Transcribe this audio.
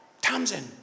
Tamsin